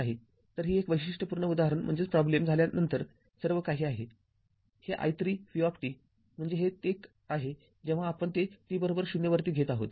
तर ही एक वैशिष्ट्यपूर्ण उदाहरण झाल्यानंतर सर्वकाही आहे आणि हे i३V म्हणजे हे ते आहे जेव्हा आपण ते t० वरती घेत आहोत